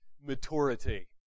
maturity